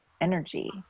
energy